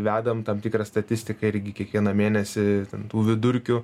vedam tam tikrą statistiką irgi kiekvieną mėnesį ten tų vidurkių